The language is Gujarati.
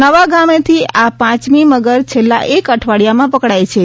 નવાગામેથી આ પાંચમી મગર છેલ્લા એક મહિનામાં પકડાઇ છે